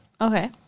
Okay